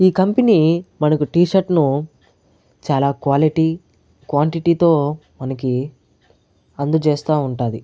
ఈ కంపెనీ మనకు టీ షర్టును చాలా క్వాలిటీ క్వాంటిటీతో మనకి అందచేస్తు ఉంటుంది